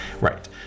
Right